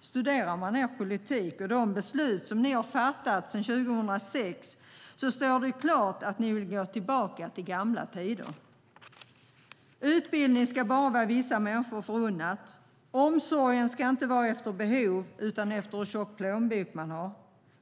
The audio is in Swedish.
Studerar man er politik och de beslut som ni har fattat sedan 2006 står det klart att ni vill gå tillbaka till gamla tider. Utbildning ska bara vara vissa människor förunnad, och omsorgen ska inte vara efter behov utan efter hur tjock plånbok man har.